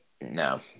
No